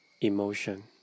Emotion